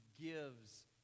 gives